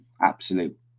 Absolute